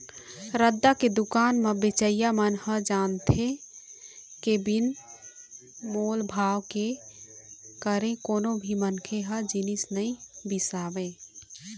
रद्दा के दुकान म बेचइया मन ह जानथे के बिन मोल भाव करे कोनो भी मनखे ह जिनिस नइ बिसावय